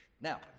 Now